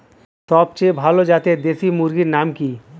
সবচেয়ে ভালো জাতের দেশি মুরগির নাম কি?